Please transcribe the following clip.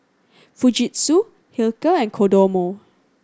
Fujitsu Hilker and Kodomo